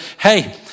hey